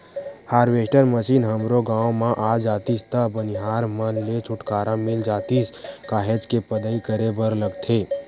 harvester machine हमरो गाँव म आ जातिस त बनिहार मन ले छुटकारा मिल जातिस काहेच के पदई करे बर लगथे